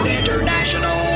International